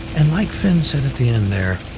and like finn said at the end there,